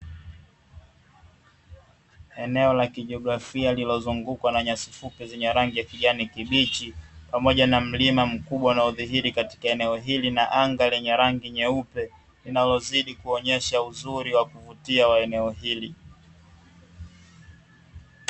Eneo la kijografia zilozungukwa na nyasi fupi zenye rangi ya kijani kibichi, pamoja na mlima mkubwa unaodhiri katika eneo hili, na anga lenye rangi nyeupe, linalozidi kuonyesha uzuri wa kuvutia wa eneo hili.